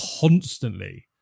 constantly